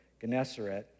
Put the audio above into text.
Gennesaret